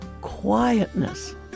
quietness